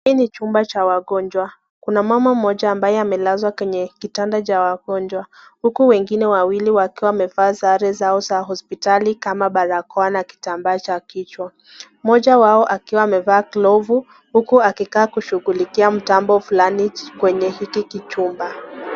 Hii ni chumba cha wagonjwa. Kuna mama mmoja ambaye amelazwa kwenye kitanda cha wagonjwa huku wengine wawili wakiwa wamevaa sare zao za hospitali kama barakoa na kitambaa cha kichwa. Moja wao akiwa amevaa glovu huku akikaa kushughulikia mtambo fulani kwenye hiki kichumba.